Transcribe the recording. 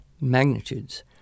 magnitudes